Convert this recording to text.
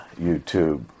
youtube